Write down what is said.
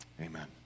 Amen